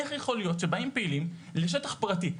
איך יכול להיות שבאים פעילים לשטח פרטי?